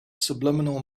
subliminal